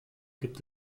gibt